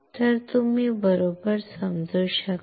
तर तुम्ही बरोबर समजू शकता